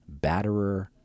batterer